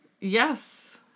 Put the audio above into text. Yes